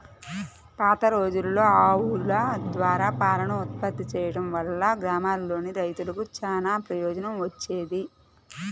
పాతరోజుల్లో ఆవుల ద్వారా పాలను ఉత్పత్తి చేయడం వల్ల గ్రామాల్లోని రైతులకు చానా ప్రయోజనం వచ్చేది